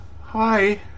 Hi